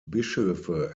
bischöfe